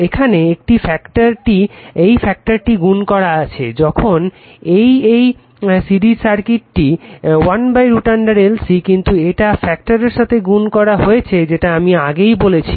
এখানে এই ফ্যাক্টারটি গুণ করা আছে যখন এই এই সিরিজ সার্কিটটি 1√LC কিন্তু এটা এই ফ্যাক্টারের সাথে গুণ করা হয়েছে যেটা আমি আগেই বলেছি